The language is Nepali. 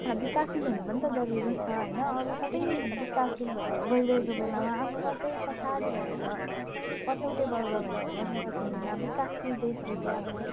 र विकासशील हुनु पनि त जरुरी छ होइन अरू सबै विकासशील भई भइरहेको बेलामा आफू मात्रै पछाडि भएर त पछौटे वर्ग भएर त बस्न सकिँदैन विकासशील देशले चाहिँ अब